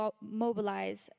mobilize